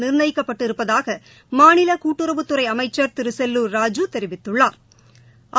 நிர்ணயிக்கப்பட்டிருப்பதாக மாநில கூட்டுறவுத்துறை அமைச்ச் திரு செல்லுர் ராஜு தெரிவித்துள்ளா்